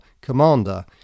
commander